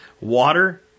water